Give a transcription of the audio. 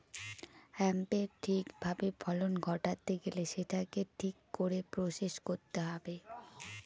হেম্পের ঠিক ভাবে ফলন ঘটাতে গেলে সেটাকে ঠিক করে প্রসেস করতে হবে